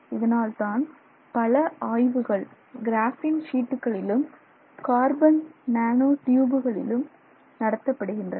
இதனால்தான் பல ஆய்வுகள் கிராபின் ஷீட்டுகளிலும் கார்பன் நானோ ட்யூபுகளிலும் நடத்தப்படுகின்றன